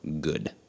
good